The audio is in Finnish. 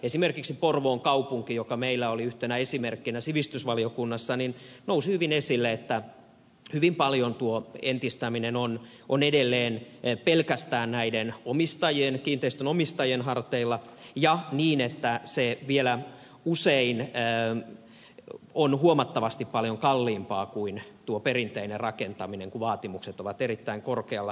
esimerkiksi porvoon kaupunki oli meillä yhtenä esimerkkinä sivistysvaliokunnassa ja nousi hyvin esille että hyvin paljon tuo entistäminen on edelleen pelkästään näiden kiinteistönomistajien harteilla ja niin että se vielä usein on huomattavasti paljon kalliimpaa kuin tuo perinteinen rakentaminen kun vaatimukset ovat erittäin korkealla